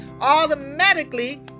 automatically